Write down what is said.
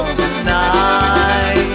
tonight